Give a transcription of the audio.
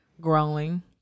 growing